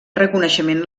reconeixement